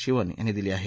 शिवन यांनी दिली आहे